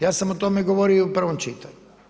Ja sam o tome govorio i u prvom čitanju.